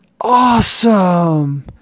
awesome